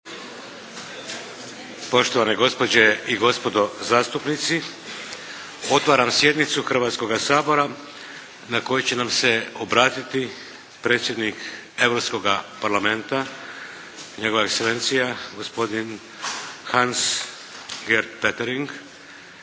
Poštovane gospođe i gospodo zastupnici! Otvaram sjednicu Hrvatskoga sabora na kojoj će nam se obratiti predsjednik Europskoga Parlamenta Njegova Ekselencija gospodin Hans-Gert Pöttering.